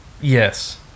yes